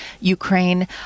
Ukraine